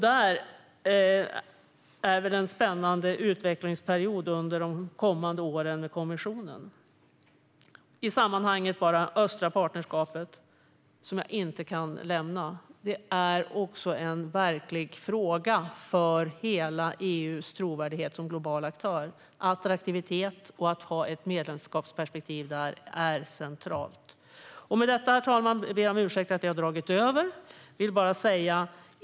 Det är en spännande utvecklingsperiod de kommande åren med kommissionen. Jag kan inte lämna det östliga partnerskapet. Det är en verklig fråga för hela EU:s trovärdighet och attraktivitet som global aktör. Att ha ett medlemskapsperspektiv där är centralt. Herr talman! Jag ber om ursäkt för att jag har överskridit den anmälda talartiden.